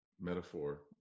metaphor